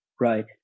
right